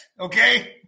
okay